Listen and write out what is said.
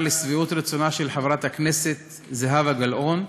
לשביעות רצונה של חברת הכנסת זהבה גלאון,